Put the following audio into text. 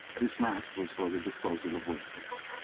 this last was for the disposal of waste paper.